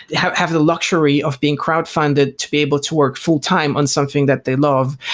have have the luxury of being crowd funded to be able to work full-time on something that they love.